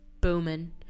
booming